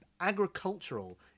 agricultural